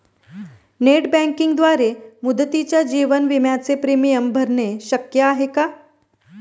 Net बँकिंगद्वारे मुदतीच्या जीवन विम्याचे प्रीमियम भरणे शक्य आहे का?